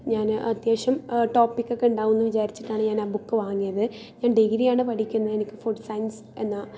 ഞാൻ അത്യാവശ്യം ടോപ്പിക് ഒക്കെ ഉണ്ടാവുമെന്ന് വിചാരിച്ചിട്ടാണ് ഞാൻ ആ ബുക്ക് വാങ്ങിയത് ഞാൻ ഡിഗ്രി ആണ് പഠിക്കുന്നത് എനിക്ക് ഫുഡ് സയൻസ് എന്ന